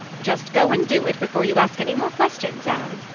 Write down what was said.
just go and do it before you ask any more questions, anne.